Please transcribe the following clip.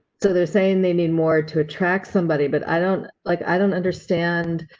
so they're saying they need more to attract somebody, but i don't like i don't understand.